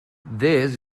this